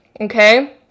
okay